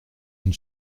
une